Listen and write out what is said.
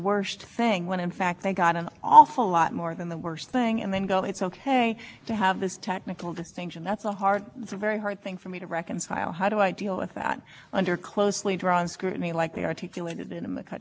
measured way so in the buckley case in the blunt case of this court this under inclusive analysis but make clear that congress doesn't have to go as far as it could so provisions